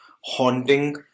haunting